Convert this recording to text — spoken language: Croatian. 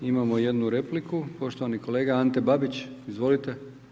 Imamo jednu repliku, poštovani kolega Ante Babić, izvolite.